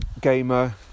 gamer